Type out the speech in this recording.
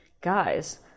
guys